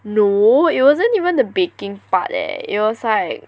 no it wasn't even the baking part leh it was like